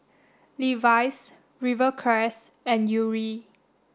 Levi's Rivercrest and Yuri